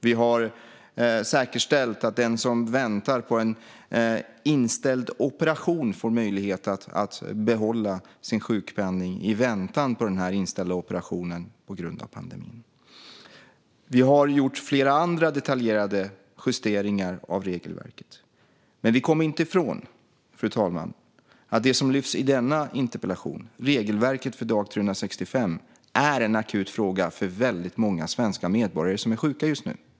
Vi har säkerställt att den som väntar på en inställd operation får möjlighet att behålla sin sjukpenning i väntan på operationen som har ställts in på grund av pandemin. Vi har gjort flera andra detaljerade justeringar av regelverket. Men vi kommer inte ifrån, fru talman, att det som lyfts fram i denna interpellation, regelverket för dag 365, är en akut fråga för väldigt många svenska medborgare som är sjuka just nu.